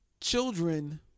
children